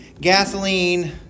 gasoline